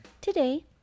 Today